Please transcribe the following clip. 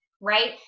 right